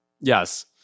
yes